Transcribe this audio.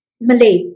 Malay